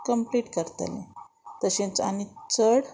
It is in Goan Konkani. कंप्लीट करतलें तशेंच आनी चड